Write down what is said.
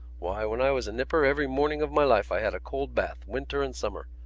why, when i was a nipper every morning of my life i had a cold bath, winter and summer.